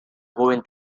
joven